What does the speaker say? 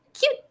cute